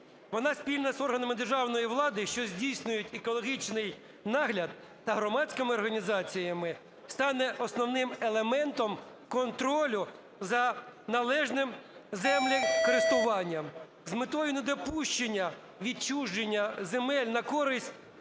Вона спільно з органами державної влади, що здійснюють екологічний нагляд та громадськими організаціями, стане основним елементом контролю за належне землекористуванням. З метою недопущення відчуження земель на користь